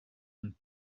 and